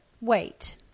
Wait